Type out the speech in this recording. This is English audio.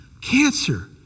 cancer